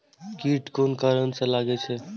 कीट कोन कारण से लागे छै?